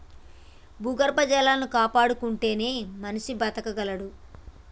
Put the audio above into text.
భూగర్భ జలాలు కాపాడుకుంటేనే మనిషి బతకగలడు